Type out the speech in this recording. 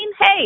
Hey